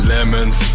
Lemons